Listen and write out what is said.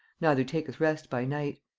neither taketh rest by night.